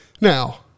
Now